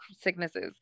sicknesses